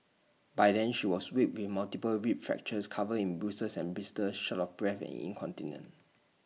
by then she was weak with multiple rib fractures covered in bruises and blisters short of breath and incontinent